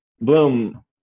Bloom